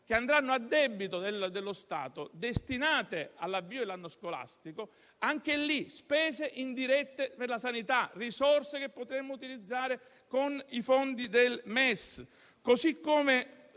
che andranno a debito dello Stato destinate all'avvio dell'anno scolastico; anche lì spese indirette per la sanità, risorse che potremmo utilizzare con i fondi del MES.